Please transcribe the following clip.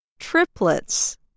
triplets